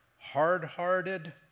hard-hearted